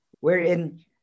wherein